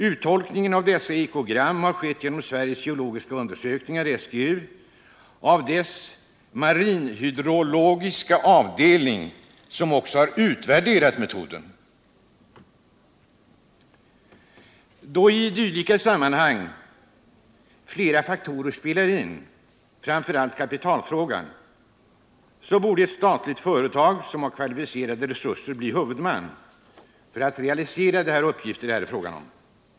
Uttolkningen av dessa ekogram har skett genom Sveriges geologiska undersökning, SGU, av dess marinhydrologiska avdelning, som även har utvärderat metoden. Då i dylika sammanhang flera faktorer spelar in — framför allt kapitalfrågan — borde ett statligt företag som har kvalificerade resurser bli huvudman för att realisera dessa uppgifter.